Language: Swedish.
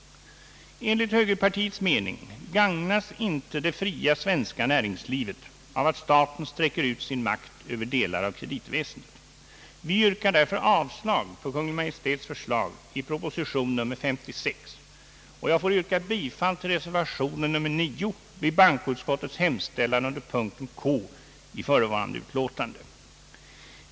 Enligt högerpartiets mening gagnas inte det fria svenska näringslivet av att staten sträcker ut sin makt över delar av kreditväsendet. Vi yrkar därför avslag på Kungl. Maj:ts förslag i proposition nr 56, och jag ber att få yrka bifall till reservation 9 a vid bankoutskottets hemställan under punkten K i förevarande utlåtande.